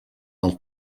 del